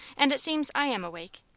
and it seems i am awake.